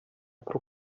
pro